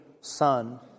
Son